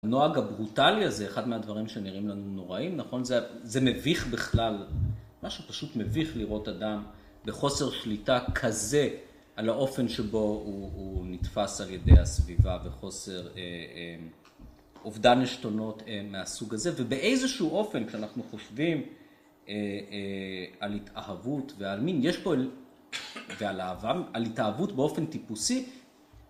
הנוהג הברוטלי הזה, אחד מהדברים שנראים לנו נוראים, נכון? זה מביך בכלל, משהו פשוט מביך לראות אדם בחוסר שליטה כזה, על האופן שבו הוא נתפס על ידי הסביבה, וחוסר... אובדן עשתונות מהסוג הזה. ובאיזשהו אופן, כשאנחנו חושבים על התאהבות ועל מין, יש פה... ועל אהבה, על התאהבות באופן טיפוסי,